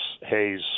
Hayes